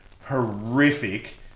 horrific